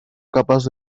capas